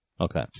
Okay